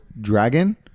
dragon